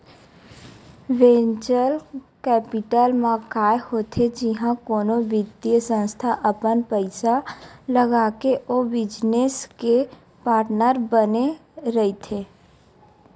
venture capital म काय होथे जिहाँ कोनो बित्तीय संस्था अपन पइसा लगाके ओ बिजनेस के पार्टनर बने रहिथे